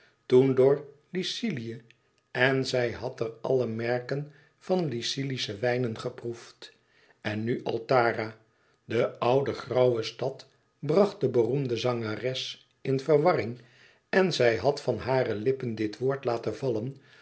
toen door lycilië en zij had er alle merken van lycilische wijnen geproefd en nu altara de oude grauwe stad bracht de beroemde zangeres in verwarring en zij had van hare lippen dit woord laten vallen